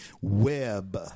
web